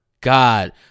God